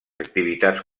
activitats